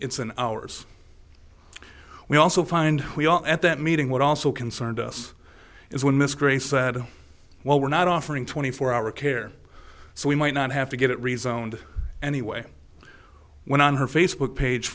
it's an ours we also find we all at that meeting would also concerned us is when miss grace said well we're not offering twenty four hour care so we might not have to get it rezoned anyway went on her facebook page